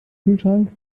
kühlschrank